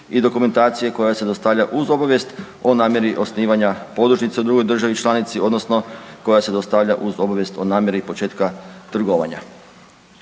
i dokumentacije koja se dostavlja uz obavijest o namjeri osnivanja podružnice u drugoj državi članici, odnosno koja se dostavlja uz obavijest o namjeri početka trgovanja.